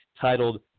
titled